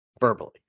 verbally